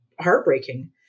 heartbreaking